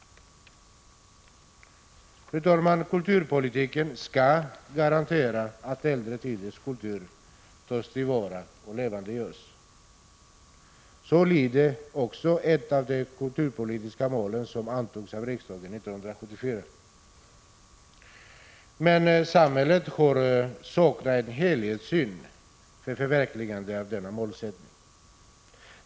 Kulturpolitiken skall garantera att äldre tiders kultur tas till vara och levandegörs. Så lyder ett av de kulturpolitiska mål som antogs av riksdagen 1974. Men samhället har saknat en helhetssyn för förverkligandet av denna målsättning.